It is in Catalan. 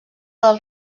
del